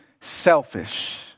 selfish